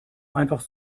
einfach